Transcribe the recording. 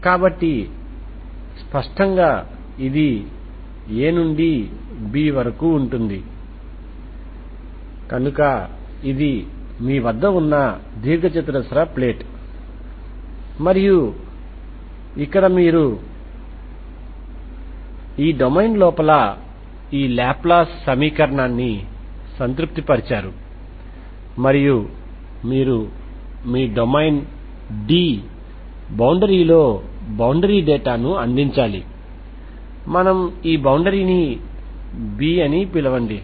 కాబట్టి స్పష్టంగా ఇది a నుండి b వరకు ఉంటుంది కనుక ఇది మీ వద్ద ఉన్న దీర్ఘచతురస్ర ప్లేట్ మరియు ఇక్కడ మీరు ఈ డొమైన్ లోపల ఈ లాప్లాస్ సమీకరణాన్ని సంతృప్తిపరిచారు మరియు మీరు మీ డొమైన్ D బౌండరీ లో బౌండరీ డేటాను అందించాలి మనం ఈ బౌండరీ ని B అని పిలవండి